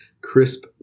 crisp